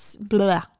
blah